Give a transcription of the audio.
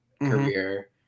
career